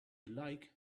like